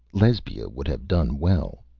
lesbia would have done well.